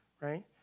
right